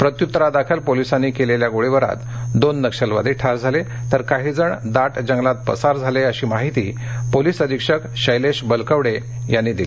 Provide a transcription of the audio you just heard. प्रत्युत्तरादाखल पोलिसांनी केलेल्या गोळीबारात दोन नक्षलवादी ठार झाले तर काही जण दाट जंगलात पसार झाले अशी माहिती पोलिस अधीक्षक शेलेश बलकवडे यांनी दिली